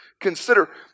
consider